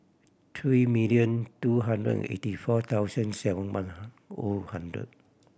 three million two hundred eighty four thousand seven one O hundred